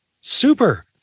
Super